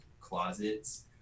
closets